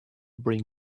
bring